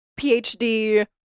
PhD